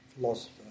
philosopher